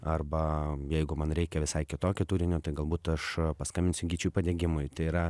arba jeigu man reikia visai kitokio turinio tai galbūt aš paskambinsiu gyčiui padegimui tai yra